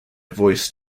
voice